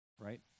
right